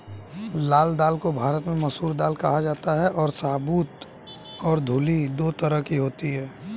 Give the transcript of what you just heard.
लाल दाल को भारत में मसूर दाल कहा जाता है और साबूत और धुली दो तरह की होती है